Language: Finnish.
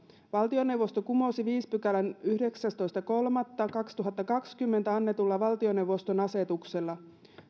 valtioneuvosto kumosi viidennen pykälän yhdeksästoista kolmatta kaksituhattakaksikymmentä annetulla valtioneuvoston asetuksella